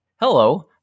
hello